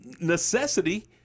necessity